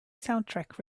soundtrack